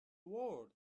world